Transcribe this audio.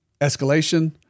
escalation